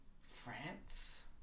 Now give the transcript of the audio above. France